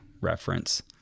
reference